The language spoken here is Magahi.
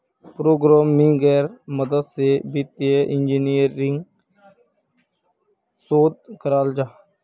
प्रोग्रम्मिन्गेर मदद से वित्तिय इंजीनियरिंग शोध कराल जाहा